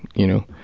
you,